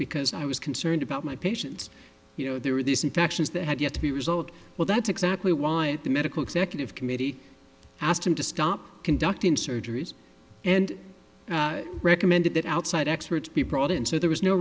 because i was concerned about my patients you know there were these infections that had yet to be result well that's exactly why the medical executive committee asked him to stop conducting surgeries and recommended that outside experts be brought in so there was no